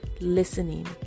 listening